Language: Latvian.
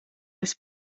esi